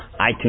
iTunes